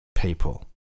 People